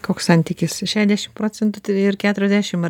koks santykis šešiasdešim procentų a ir keturiasdešim ar